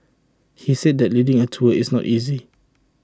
he said that leading A tour is not easy